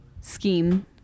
scheme